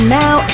now